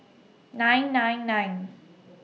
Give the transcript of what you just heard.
nine nine nine